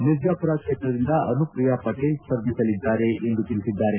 ಮಿರ್ಜಾಪುರ ಕ್ಷೇತ್ರದಿಂದ ಅನುಪ್ರಿಯ ಪಟೇಲ್ ಸ್ಪರ್ಧಿಸಲಿದ್ದಾರೆ ಎಂದು ತಿಳಿಸಿದ್ದಾರೆ